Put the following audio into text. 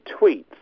tweets